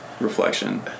Reflection